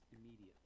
immediately